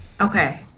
okay